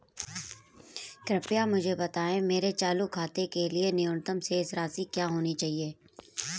कृपया मुझे बताएं मेरे चालू खाते के लिए न्यूनतम शेष राशि क्या होनी चाहिए?